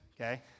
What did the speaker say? okay